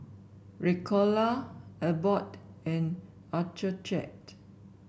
Ricola Abbott and Accucheck